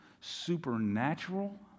supernatural